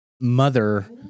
mother